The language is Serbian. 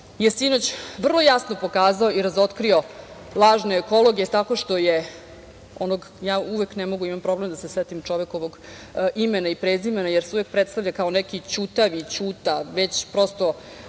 je sinoć vrlo jasno pokazao i razotkrio lažne ekologe tako što je onog, ne mogu, imam problem da se setim čovekovog imena i prezimena jer se uvek predstavlja kao neki "Đutavi, Ćuta", već prosto